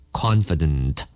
confident